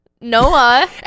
Noah